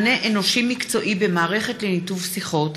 (מענה אנושי מקצועי במערכת לניתוב שיחות),